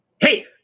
Hey